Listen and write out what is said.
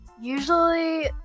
usually